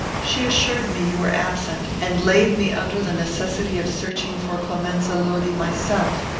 she assured me you were absent, and laid me under the necessity of searching for clemenza lodi myself,